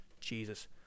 Jesus